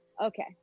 okay